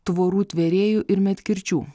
tvorų tvėrėjų ir medkirčių